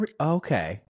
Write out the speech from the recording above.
okay